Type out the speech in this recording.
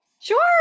Sure